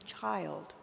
child